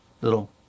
little